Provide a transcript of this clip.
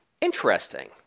interesting